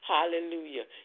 Hallelujah